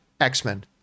X-Men